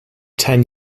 ten